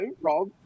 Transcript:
Rob